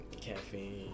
caffeine